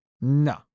No